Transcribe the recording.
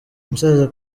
umusaza